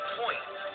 point